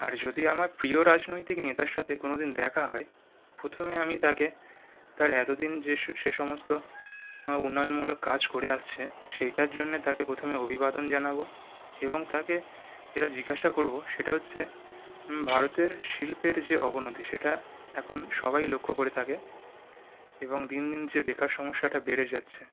আর যদি আমার প্রিয় রাজনৈতিক নেতার সাথে কোনো দিন দেখা হয় প্রথমে আমি তাকে তার এত দিন যে সে সে সমস্ত উন্নয়নমূলক কাজ করে আসছে সেইটার জন্যে তাকে প্রথমে অভিবাদন জানাবো এবং তাকে যেটা জিজ্ঞাসা করবো সেটা হচ্ছে ভারতের শিল্পের যে অবনতি সেটা এখন সবাই লক্ষ্য করে থাকে এবং দিন দিন যে বেকার সমস্যাটা বেড়ে যাচ্ছে